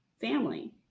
family